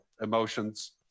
emotions